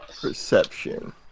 Perception